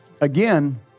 again